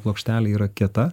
plokštelė yra kieta